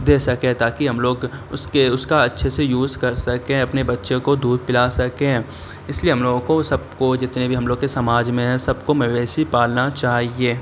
دے سکے تاکہ ہم لوگ اس کے اس کا اچھے سے یوز کر سکیں اپنے بچے کو دودھ پلا سکیں اس لیے ہم لوگوں کو سب کو جتنے بھی ہم لوگ کے سماج میں ہے سب کو مویشی پالنا چاہیے